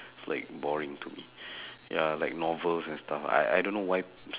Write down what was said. it's like boring to me ya like novels and stuff I I don't know why